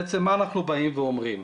בעצם מה אנחנו באים ואומרים?